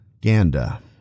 Ganda